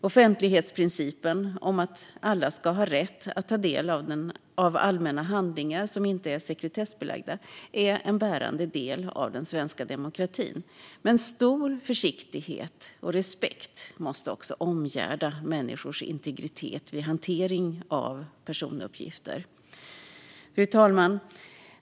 Offentlighetsprincipen, att alla ska ha rätt att ta del av allmänna handlingar som inte är sekretessbelagda, är en bärande del av den svenska demokratin. Men stor försiktighet och respekt måste också omgärda människors integritet vid hantering av personuppgifter. Fru talman!